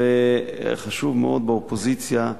וחשוב מאוד באופוזיציה,